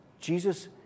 Jesus